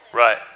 Right